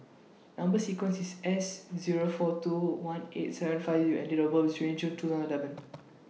Number sequence IS S Zero four two one eight seven five U and Date of birth IS twenty June two thousand and eleven